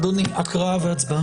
אדוני, הקראה והצבעה.